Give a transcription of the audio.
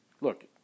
look